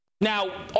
Now